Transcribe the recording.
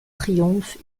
triomphe